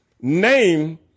name